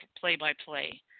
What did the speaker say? play-by-play